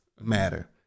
matter